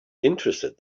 interested